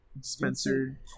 Spencer